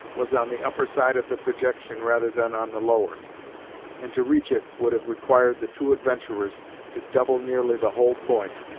was on the upper side of the projection rather than on the lower and to reach it would have required the two adventurers to double nearly the whole point,